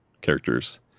characters